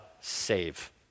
save